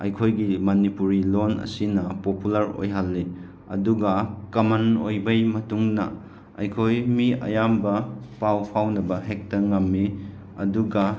ꯑꯩꯈꯣꯏꯒꯤ ꯃꯅꯤꯄꯨꯔꯤ ꯂꯣꯟ ꯑꯁꯤꯅ ꯄꯣꯄꯨꯂꯔ ꯑꯣꯏꯍꯜꯂꯤ ꯑꯗꯨꯒ ꯀꯝꯟ ꯑꯣꯏꯕꯒꯤ ꯃꯇꯨꯡꯅ ꯑꯩꯈꯣꯏ ꯃꯤ ꯑꯌꯥꯝꯕ ꯄꯥꯎ ꯐꯥꯎꯅꯕ ꯍꯦꯛꯇ ꯉꯝꯃꯤ ꯑꯗꯨꯒ